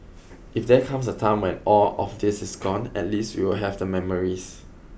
if there comes a time when all of this is gone at least we will have the memories